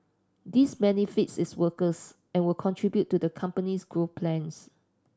this benefits its workers and will contribute to the company's growth plans